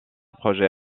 projet